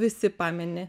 visi pamini